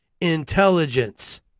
intelligence